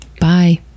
Bye